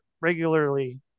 regularly